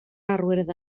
arwydd